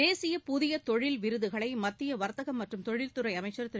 தேசிய புதிய தொழில் விருதுகளை மத்திய வர்த்தகம் மற்றும் தொழில்துறை அமைச்சர் திரு